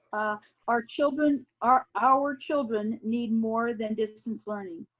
our children, our our children need more than distance learning.